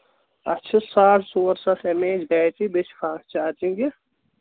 اَتھ چھِ ساڑ ژور ساس ایم اے ایچ بیٹری بیٚیہِ چھِ فاسٹ چارجِنٛگ یہِ